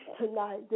tonight